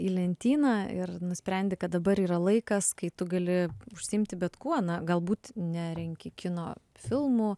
į lentyną ir nusprendi kad dabar yra laikas kai tu gali užsiimti bet kuo na galbūt nerenki kino filmų